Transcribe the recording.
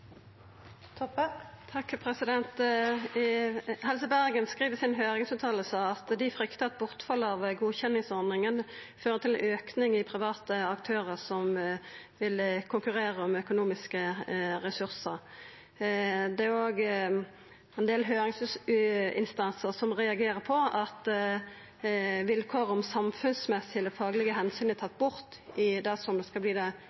skriv i høyringsutsegna si at dei fryktar at bortfall av godkjenningsordninga vil føra til ein auke i private aktørar som vil konkurrera om økonomiske ressursar. Det er òg ein del høyringsinstansar som reagerer på at vilkåret om samfunnsmessige eller faglege omsyn er tatt bort i det som skal verta det